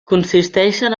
consisteixen